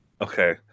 Okay